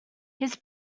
his